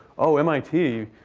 oh, mit.